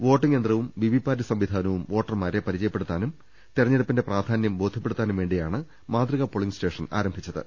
voting യന്ത്രവും VVPAT സംവിധാനവും വോട്ടർമാരെ പരിചയപ്പെടുത്താനും തെരഞ്ഞെ ടുപ്പിന്റെ പ്രാധാനൃം ബോധ്യപ്പെടുത്താനും വേണ്ടിയാണ് മാതൃകാ പോളിങ്ങ് സ്റ്റേഷൻ ആരംഭിച്ചത്